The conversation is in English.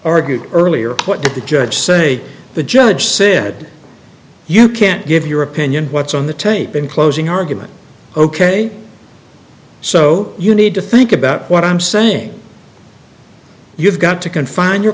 argued earlier what did the judge say the judge said you can't give your opinion what's on the tape in closing argument ok so you need to think about what i'm saying you've got to confine your